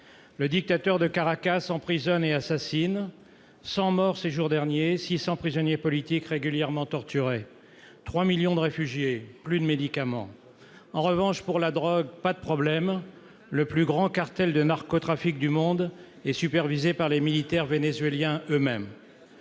Le dictateur de Caracas emprisonne et assassine : 100 morts ces jours derniers, 600 prisonniers politiques régulièrement torturés, 3 millions de réfugiés, plus de médicaments. En revanche, pour la drogue, pas de problème : le plus grand cartel de narcotrafic du monde est supervisé par les militaires vénézuéliens eux-mêmes